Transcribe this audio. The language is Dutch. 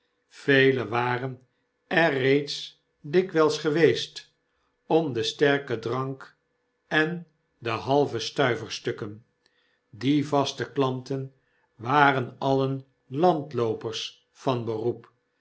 velen waren er reeds dikwijls geweest om den sterken drank en de halvestuiverstukken die vaste klanten waren alien landloopers van beroep